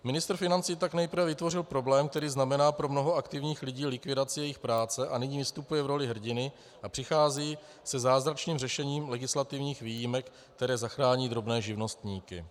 Ministr financí tak nejprve vytvořil problém, který znamená pro mnoho aktivních lidí likvidaci jejich práce, a nyní vystupuje v roli hrdiny a přichází se zázračným řešením legislativních výjimek, které zachrání drobné živnostníky.